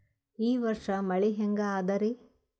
ಈ ವರ್ಷ ಮಳಿ ಹೆಂಗ ಅದಾರಿ?